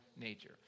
nature